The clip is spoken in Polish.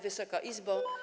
Wysoka Izbo!